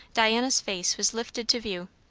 diana's face was lifted to view.